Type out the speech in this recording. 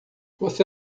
você